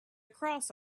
across